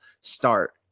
start